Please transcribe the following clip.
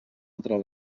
entre